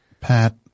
Pat